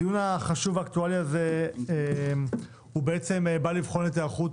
הדיון החשוב והאקטואלי הזה בא לבחון את היערכות